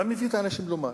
מה מביא את האנשים לומר?